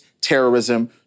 terrorism